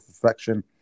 perfection